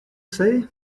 say